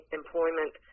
employment